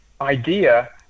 idea